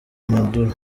maduro